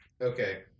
Okay